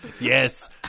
Yes